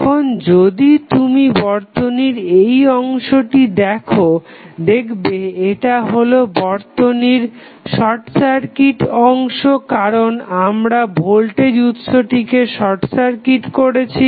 এখন যদি তুমি বর্তনীর এই অংশটি দেখো দেখবে এটা হলো বর্তনীর শর্ট সার্কিট অংশ কারণ আমরা ভোল্টেজ উৎসটিকে শর্ট সার্কিট করেছি